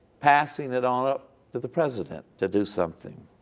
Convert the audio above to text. passing it on up to the president to do something.